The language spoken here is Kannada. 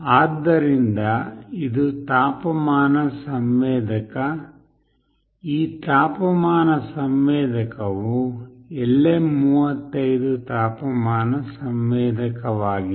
ಆದ್ದರಿಂದ ಇದು ತಾಪಮಾನ ಸಂವೇದಕ ಈ ತಾಪಮಾನ ಸಂವೇದಕವು LM35 ತಾಪಮಾನ ಸಂವೇದಕವಾಗಿದೆ